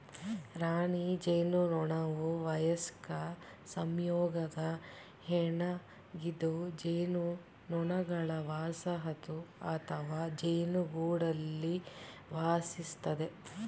ರಾಣಿ ಜೇನುನೊಣವುವಯಸ್ಕ ಸಂಯೋಗದ ಹೆಣ್ಣಾಗಿದ್ದುಜೇನುನೊಣಗಳವಸಾಹತುಅಥವಾಜೇನುಗೂಡಲ್ಲಿವಾಸಿಸ್ತದೆ